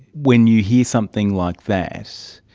when you hear something like that,